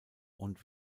und